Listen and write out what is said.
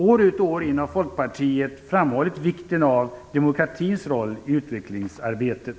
År ut och år in har Folkpartiet framhållit vikten av demokratins roll i utvecklingsarbetet.